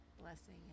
blessing